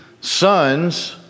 sons